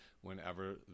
whenever